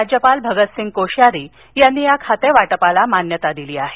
राज्यपाल भगतसिंग कोश्यारी यांनी या खातेवाटपाला मान्यता दिली आहे